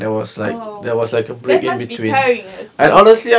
oh that must be tiring